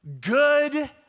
good